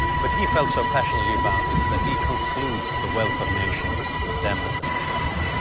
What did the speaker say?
but he felt so passionately about it that he concludes the wealth of nations with them as an example.